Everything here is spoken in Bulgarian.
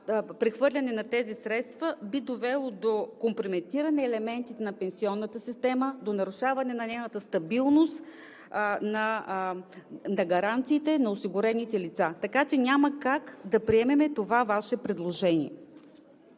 прехвърляне на тези средства би довело до компрометиране елементите на пенсионната система, до нарушаване на нейната стабилност, на гаранциите на осигурените лица. Така че няма как да приемем това Ваше предложение.